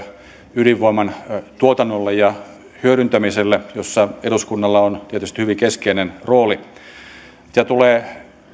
ydinvoiman tuotannolle ja hyödyntämiselle joissa eduskunnalla on tietysti hyvin keskeinen rooli mitä tulee